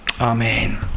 amen